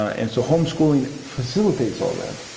and so homeschooling facilitates all that.